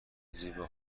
زیبا